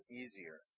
easier